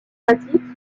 pratique